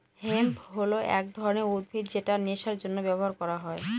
hemp হল এক ধরনের উদ্ভিদ যেটা নেশার জন্য ব্যবহার করা হয়